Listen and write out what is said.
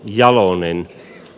jalonen j